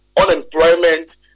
unemployment